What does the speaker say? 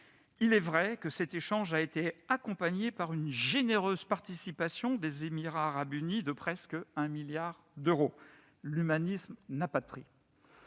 Il est vrai que cet échange a été accompagné par une généreuse participation des Émirats arabes unis de presque un milliard d'euros. L'humanisme n'a pas de prix